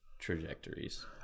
trajectories